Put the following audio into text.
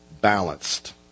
balanced